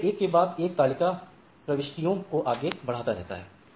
अतः यह एक के बाद एक तालिका प्रविष्टियों को आगे बढ़ाता रहता है